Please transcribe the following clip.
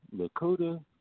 Lakota